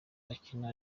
akina